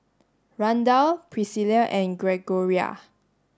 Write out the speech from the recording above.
Randal Pricilla and Gregoria